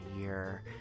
year